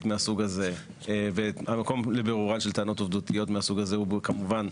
מהסוג הזה והמקום לבירורן של טענות עובדתיות מהסוג הזה הוא כמובן,